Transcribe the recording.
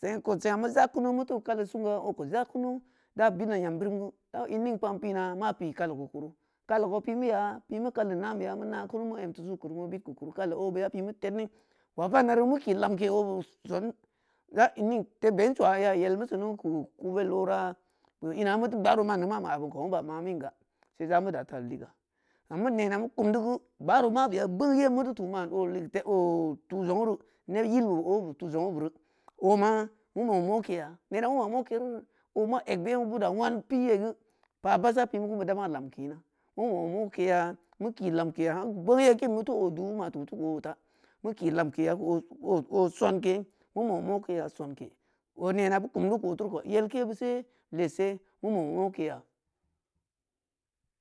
seng k seng meu ja kunu meu teu kali o koo za kunu da benna yambirim geu da meu in ning paan pina ma pi kali keu kuru kali kou pimuya pimeu kali naan beya meel na kunu meu em tusu keu kuru meu bid keu kuru kah obeya pimeu tednne wavanari meu ki lamke obe son za in ning te ben suwa ya yelmeu sunu keu kuvel ora beu ina meu teu gbaaro mande ma-mab inko meu beu maminga sei za mu data liga gam keu nena meu kumde geu gbaaro mabaya bonye meu teu tu man o he te tu zongru neb yilbe obeube tu zong’wu beri oma meu mau mokeya nena meu mau mokeruri ome eg be meu budda wan piyi geu pa baahsa pimu ku beu dama lamke ina meu mau mokeya meu ki lamkeya hakeu bongye kin meu teu o du’u meu ma tu teu keu ota meu ki lamkeya keu o-o-o sonke meu mau mokeya sonke o nena beu kudu keu oteuri kou yelke beuse leese meu mau mokeya